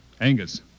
Angus